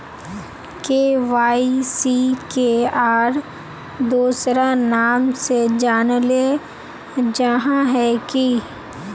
KYC के आर दोसरा नाम से जानले जाहा है की?